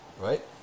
Right